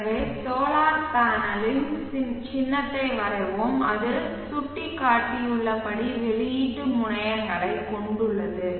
எனவே சோலார் பேனலின் சின்னத்தை வரைவோம் அது சுட்டிக்காட்டியுள்ளபடி வெளியீட்டு முனையங்களைக் கொண்டுள்ளது